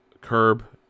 Curb